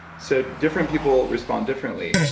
so different people respond differently.